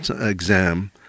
exam